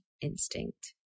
instinct